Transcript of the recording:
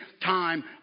time